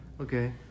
Okay